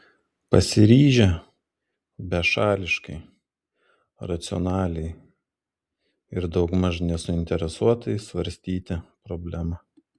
pasiryžę bešališkai racionaliai ir daugmaž nesuinteresuotai svarstyti problemą